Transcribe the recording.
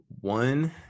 one